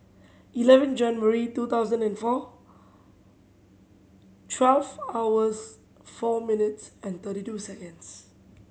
eleven January two thousand and four twelve hours four minutes and thirty two seconds